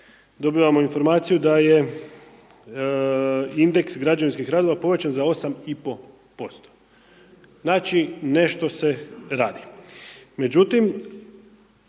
dobivamo informaciju da je indeks građevinskih radova povećan za 8,5%. Znači nešto se radi.